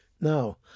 Now